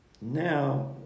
Now